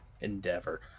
endeavor